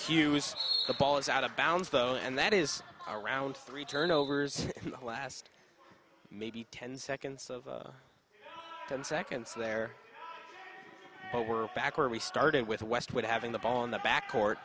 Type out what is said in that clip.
hughes the ball is out of bounds though and that is around three turnovers in the last maybe ten seconds of ten seconds there but we're back where we started with westwood having the ball in the back